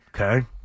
Okay